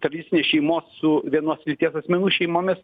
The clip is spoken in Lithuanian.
tradicinės šeimos su vienos lyties asmenų šeimomis